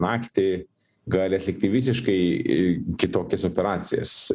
naktį gali atlikti visiškai kitokias operacijas